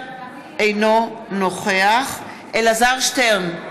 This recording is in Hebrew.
אינו נוכח אלעזר שטרן,